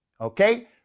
okay